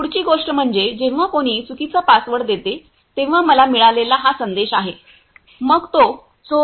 पुढची गोष्ट म्हणजे जेव्हा कोणी चुकीचा पासवर्ड देते तेव्हा मला मिळालेला हा संदेश आहे मग तो चोर